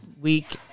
week